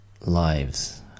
lives